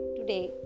Today